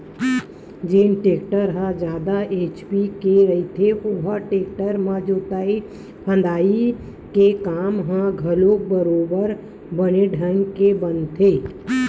जेन टेक्टर ह जादा एच.पी के रहिथे ओ टेक्टर म जोतई फंदई के काम ह घलोक बरोबर बने ढंग के बनथे